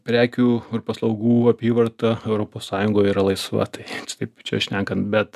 prekių ir paslaugų apyvarta europos sąjungoj yra laisva tai kaip čia šnekant bet